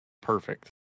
perfect